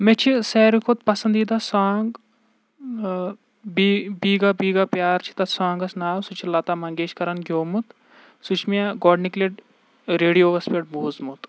مےٚ چھِ ساروی کھۄتہٕ پَسنٛدیٖدہ سانٛگ بی بیگا بیگا پیار چھِ تَتھ سانٛگَس ناو سُہ چھُ لَتا منگیشکَرَن گیومُت سُہ چھُ مےٚ گۄڈٕنِکۍ لَٹہِ ریڈیووَس پٮ۪ٹھ بوٗزمُت